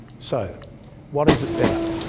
so what is it better?